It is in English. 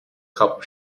cup